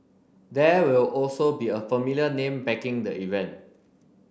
there will also be a familiar name backing the event